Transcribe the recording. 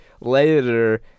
later